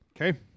Okay